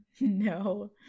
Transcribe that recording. No